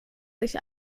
sich